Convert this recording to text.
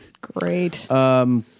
Great